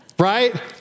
Right